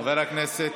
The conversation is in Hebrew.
חבר הכנסת